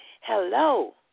hello